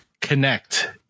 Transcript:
connect